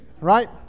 Right